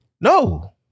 No